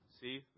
See